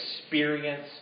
experience